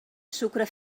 sucre